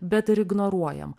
bet ir ignoruojam